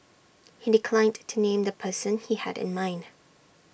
he declined to name the person he had in mind